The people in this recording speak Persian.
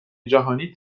جهانی